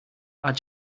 are